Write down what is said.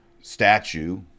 statue